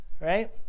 Right